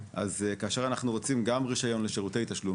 כאשר אנחנו רוצים רישיון גם לשירותי תשלום